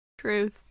Truth